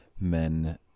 men